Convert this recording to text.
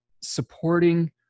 supporting